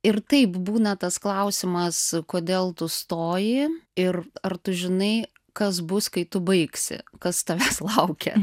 ir taip būna tas klausimas kodėl tu stoji ir ar tu žinai kas bus kai tu baigsi kas tavęs laukia